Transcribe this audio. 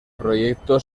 proyecto